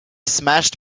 smashed